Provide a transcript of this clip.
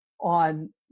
on